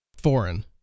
foreign